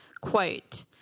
Quote